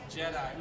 Jedi